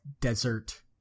desert